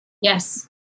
Yes